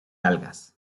algas